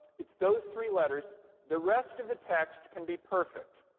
it's those three letters. the rest of the text can be perfect,